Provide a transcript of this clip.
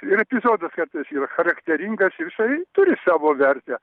ir epizodas kartais yra charakteringas ir jisai turi savo vertę